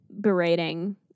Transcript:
berating